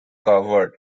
covered